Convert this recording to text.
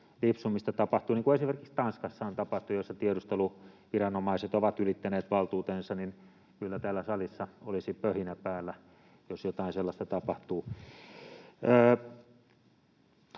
niin kuin esimerkiksi Tanskassa on tapahtunut, jossa tiedusteluviranomaiset ovat ylittäneet valtuutensa, niin kyllä täällä salissa olisi pöhinä päällä, jos jotain sellaista tapahtuisi.